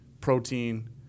protein